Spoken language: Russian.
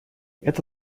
это